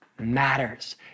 matters